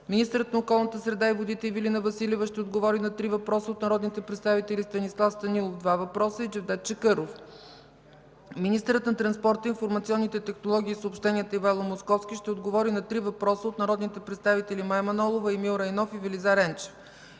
Министърът на околната среда и водите Ивелина Василева ще отговори на три въпроса от народните представители Станислав Станилов (два въпроса), и Джевдет Чакъров. 9. Министърът на транспорта, информационните технологии и съобщенията Ивайло Московски ще отговори на три въпроса от народните представители Мая Манолова, Емил Райнов, и Велизар Енчев.